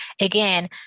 again